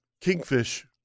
kingfish